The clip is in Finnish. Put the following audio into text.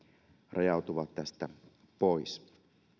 rajautuvat tästä pois